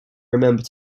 remember